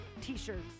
t-shirts